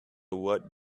what